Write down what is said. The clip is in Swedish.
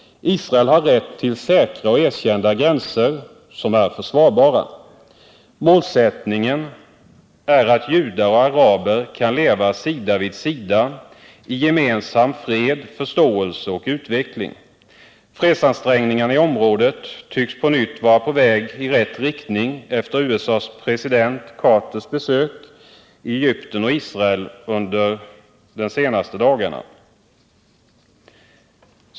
Israel har rätt till säkra och erkända gränser som är försvarbara. Målsättningen är att judar och araber kan leva sida vid sida i gemensam fred, förståelse och utveckling. Fredsansträngningarna i området tycks på nytt vara på väg i rätt riktning efter USA:s president Carters besök i Egypten och Israel under de senaste dagarna.